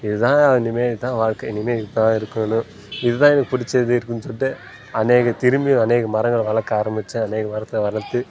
இதுதாங்க இனிமேல் இதான் வாழ்க்கை இனிமேல் இப்படி தான் இருக்கணும் இதுதான் எனக்கு பிடிச்சதே இருக்குதுன்னு சொல்லிட்டு அநேக திரும்பி அநேக மரங்களை வளர்க்க ஆரம்பித்தேன் அநேக மரத்தை வளர்த்து